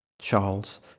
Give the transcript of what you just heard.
Charles